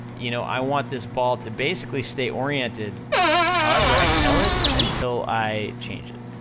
you know, i want this ball to basically stay oriented however i tell it, until i change it.